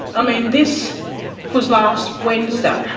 i mean, this was last wednesday.